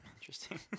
Interesting